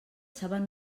saben